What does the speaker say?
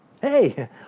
hey